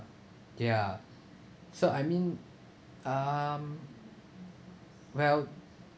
ya so I mean um well